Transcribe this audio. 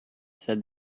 said